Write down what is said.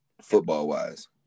football-wise